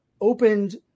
opened